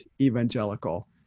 evangelical